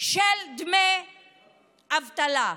של דמי אבטלה.